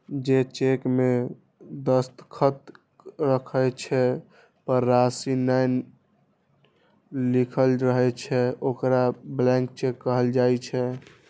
जे चेक मे दस्तखत रहै छै, पर राशि नै लिखल रहै छै, ओकरा ब्लैंक चेक कहल जाइ छै